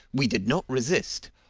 we did not resist,